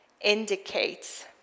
indicates